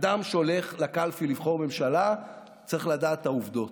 אדם שהולך לקלפי לבחור ממשלה צריך לדעת את העובדות.